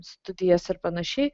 studijas ir panašiai